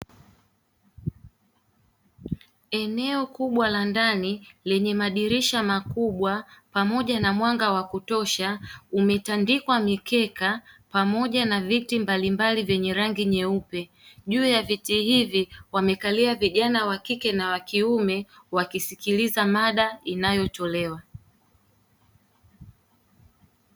Eneo kubwa la ndani lenye madirisha makubwa pamoja na mwanga wa kutosha umetandikwa mikeka pamoja na viti mbalimbali vyenye rangi nyeupe, juu ya viti hivi wamekalia vijana wakike na wakiume wakisikiliza mada inayotolewa.